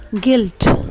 Guilt